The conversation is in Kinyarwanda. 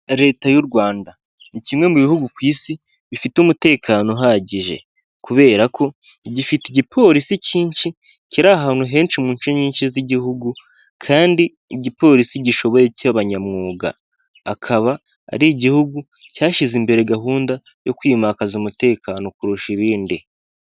Leta y'u Rwanda ni kimwe mu bihugu ku isi bifite umutekano uhagije, kubera ko gifite igipolisi cyinshi kiri ahantu henshi muco nyinshi z'igihugu, kandi igipolisi gishoboye cy'abanyamwuga kikaba ari igihugu cyashyize imbere gahunda yo kwimakaza umutekano kurusha ibindi.